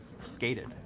skated